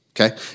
Okay